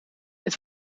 het